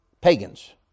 Pagans